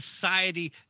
society